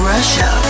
Russia